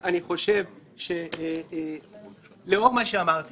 אני חושב שלאור מה שאמרתי